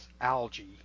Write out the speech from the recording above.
algae